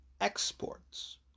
exports